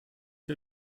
der